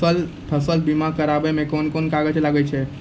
फसल बीमा कराबै मे कौन कोन कागज लागै छै?